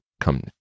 come